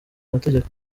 mategeko